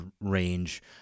range